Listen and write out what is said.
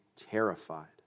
terrified